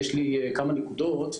יש לי כמה נקודות.